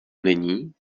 není